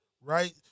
Right